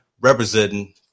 representing